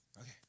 Okay